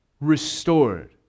restored